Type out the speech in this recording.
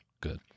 Good